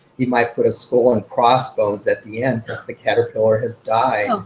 he might put a skull and crossbones at the end because the caterpillar has died.